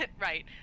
right